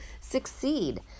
succeed